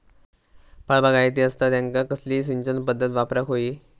फळबागायती असता त्यांका कसली सिंचन पदधत वापराक होई?